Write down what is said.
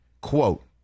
Quote